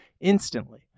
instantly